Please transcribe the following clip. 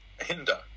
hinder